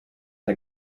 der